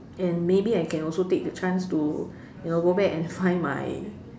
and maybe I can also take the chance to you know go back and find my